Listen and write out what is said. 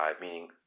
meaning